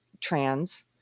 trans